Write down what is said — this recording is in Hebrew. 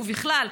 ובכלל,